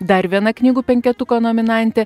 dar viena knygų penketuko nominantė